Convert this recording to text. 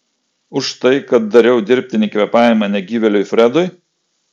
už tai kad dariau dirbtinį kvėpavimą negyvėliui fredui